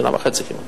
שנה וחצי.